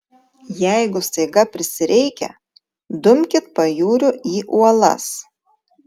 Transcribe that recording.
jeigu staiga prisireikia dumkit pajūriu į uolas